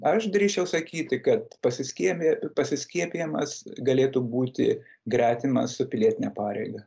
aš drįsčiau sakyti kad pasiskiebio pasiskiepijimas galėtų būti gretima su pilietine pareiga